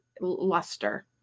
luster